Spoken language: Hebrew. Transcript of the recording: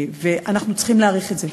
ואנחנו צריכים להעריך את זה.